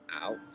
out